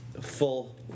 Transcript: full